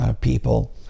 people